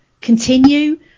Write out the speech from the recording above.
continue